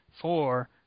four